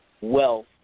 wealth